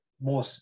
more